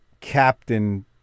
Captain